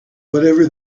whatever